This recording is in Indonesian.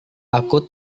aku